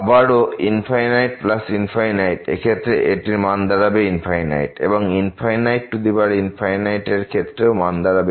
আবারো ∞∞ এর ক্ষেত্রে এটির মান দাঁড়াবে এবং র ক্ষেত্রেও তার মান দাঁড়াবে